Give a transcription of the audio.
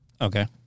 Okay